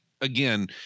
again